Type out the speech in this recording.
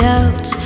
out